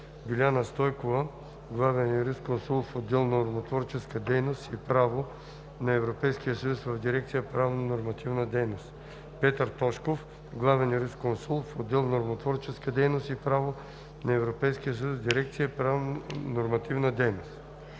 Биляна Стойкова – главен юрисконсулт в отдел „Нормотворческа дейност и право на Европейския съюз“ в дирекция „Правнонормативна дейност“, Петър Тошков – главен юрисконсулт в отдел „Нормотворческа дейност и право на Европейския съюз“ в дирекция „Правнонормативна дейност“.